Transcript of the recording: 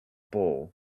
bull